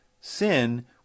sin